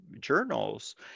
journals